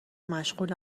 مشغول